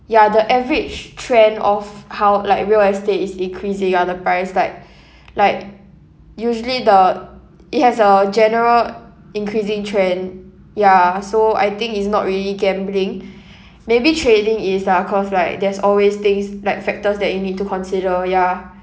ya the average trend of how like real estate is increasing ya the price like like usually the it has a general increasing trend ya so I think is not really gambling maybe trading is lah cause like there's always things like factors that you need to consider ya